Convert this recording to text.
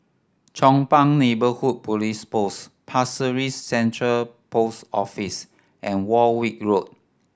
Chong Pang Neighbourhood Police Post Pasir Ris Central Post Office and Warwick Road